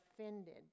offended